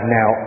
now